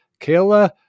Kayla